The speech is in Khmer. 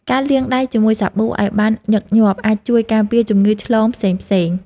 ការលាងដៃជាមួយសាប៊ូឱ្យបានញឹកញាប់អាចជួយការពារជំងឺឆ្លងផ្សេងៗ។